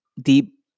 deep